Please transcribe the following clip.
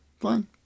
Fine